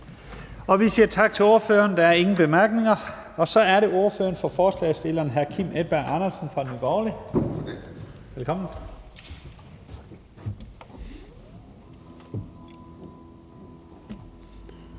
Vi siger tak til ordføreren. Der er ingen korte bemærkninger. Så er det ordføreren for forslagsstillerne, hr. Kim Edberg Andersen fra Nye Borgerlige. Velkommen.